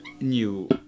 new